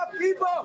people